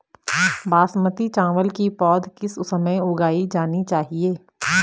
बासमती चावल की पौध किस समय उगाई जानी चाहिये?